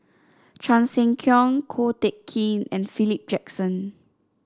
Chan Sek Keong Ko Teck Kin and Philip Jackson